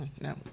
no